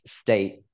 state